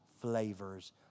flavors